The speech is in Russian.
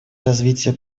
развитие